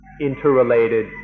interrelated